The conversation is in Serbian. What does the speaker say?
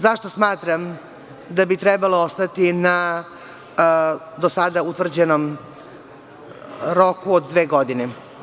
Zašto smatram da bi trebalo ostati na do sada utvrđenom roku od dve godine?